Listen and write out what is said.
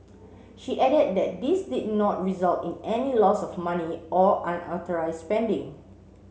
she added that this did not result in any loss of money or unauthorised spending